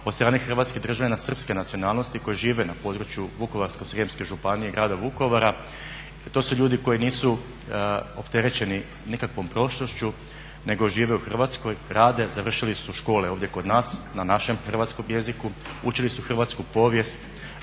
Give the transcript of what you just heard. strane hrvatskih državljana srpske nacionalnosti koji žive na području Vukovarsko-srijemske županije i Grada Vukovara, to su ljudi koji nisu opterećeni nikakvom prošlošću, nego žive u Hrvatskoj, rade, završili su škole ovdje kod nas na našem hrvatskom jeziku, učili su hrvatsku povijest,